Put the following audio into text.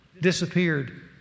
disappeared